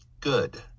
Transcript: good